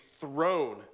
thrown